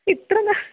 ഇത്രനാൾ